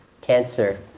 cancer